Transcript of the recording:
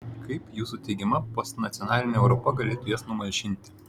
kaip jūsų teigiama postnacionalinė europa galėtų jas numalšinti